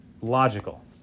logical